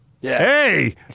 hey